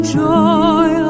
joy